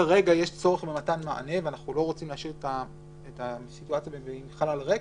כרגע יש צורך במתן מענה ואנחנו לא רוצים להשאיר את הסיטואציה בחלל ריק,